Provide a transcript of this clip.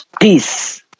peace